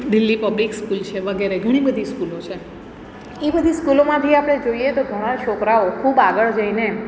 Delhi public school છે વગેરે ઘણી બધી સ્કૂલો છે એ બધી સ્કૂલોમાંથી આપણે જોઈએ તો ઘણા છોકરાઓ ખૂબ આગળ જઈને